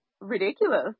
ridiculous